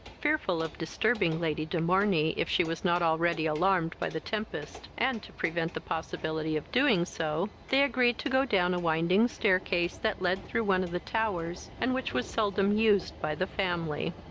fearful of disturbing lady de morney, if she was not already alarmed by the tempest and, to prevent the possibility of doing so, they agreed to go down a winding staircase that led through one of the towers, and which was seldom used by the family.